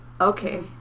Okay